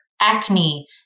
acne